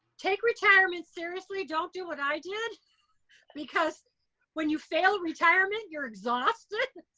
take retirement seriously. don't do what i did because when you fail retirement you're exhausted.